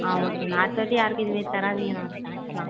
ஆ ஓகேண்ணா அடுத்தவாட்டி யாருக்கும் இதுமாரி தராதீங்கண்ணா ஸ்நாக்ஸ்லாம்